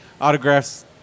autographs